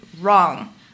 wrong